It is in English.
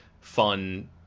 fun